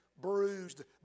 bruised